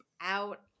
out